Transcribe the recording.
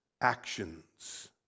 actions